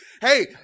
Hey